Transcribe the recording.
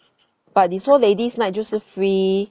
but 你说 ladies night 就是 free